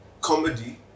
comedy